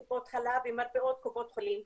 טיפות חלב ומרפאות קופות חולים.